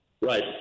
Right